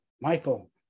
Michael